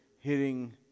hitting